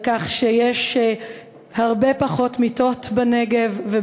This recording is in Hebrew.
על כך שיש הרבה פחות מיטות בנגב,